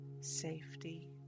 safety